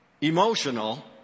emotional